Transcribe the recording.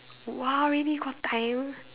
!wow! really got time